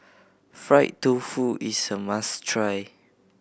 fried tofu is a must try